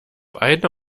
eine